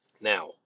Now